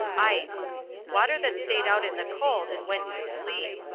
ice water that staid out in the cold and went to sleep.